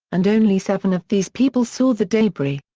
and only seven of these people saw the debris.